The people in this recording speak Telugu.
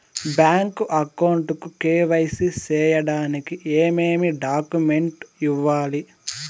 బ్యాంకు అకౌంట్ కు కె.వై.సి సేయడానికి ఏమేమి డాక్యుమెంట్ ఇవ్వాలి?